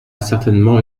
certainement